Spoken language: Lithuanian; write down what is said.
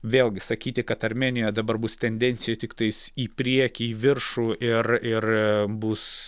vėlgi sakyti kad armėnija dabar bus tendencijoj tiktais į priekį į viršų ir ir bus